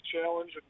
challenge